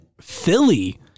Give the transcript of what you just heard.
Philly